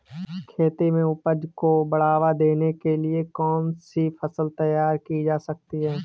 खेती में उपज को बढ़ावा देने के लिए कौन सी फसल तैयार की जा सकती है?